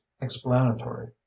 explanatory